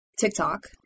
TikTok